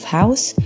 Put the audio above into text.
house